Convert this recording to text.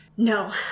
No